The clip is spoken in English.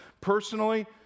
personally